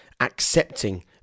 accepting